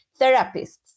therapists